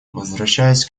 возвращаясь